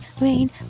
rain